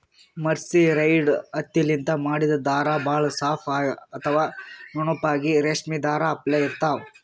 mercerised ಹತ್ತಿಲಿಂತ್ ಮಾಡಿದ್ದ್ ಧಾರಾ ಭಾಳ್ ಸಾಫ್ ಅಥವಾ ನುಣುಪಾಗಿ ರೇಶ್ಮಿ ಧಾರಾ ಅಪ್ಲೆ ಇರ್ತಾವ್